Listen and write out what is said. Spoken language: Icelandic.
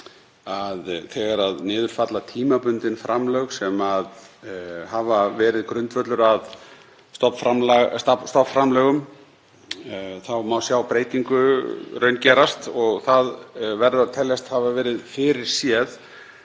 þegar niður falla tímabundin framlög sem hafa verið grundvöllur að stofnframlögum þá má sjá breytingu raungerast og það verður að teljast hafa verið fyrirséð.